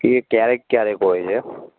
એ ક્યારેક ક્યારેક હોય છે